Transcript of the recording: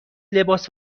لباس